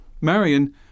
Marion